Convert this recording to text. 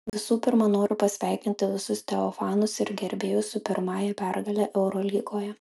visų pirma noriu pasveikinti visus teo fanus ir gerbėjus su pirmąja pergale eurolygoje